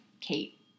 Kate